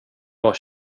jag